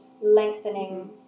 lengthening